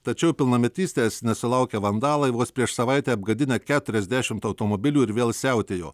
tačiau pilnametystės nesulaukę vandalai vos prieš savaitę apgadinę keturiasdešimt automobilių ir vėl siautėjo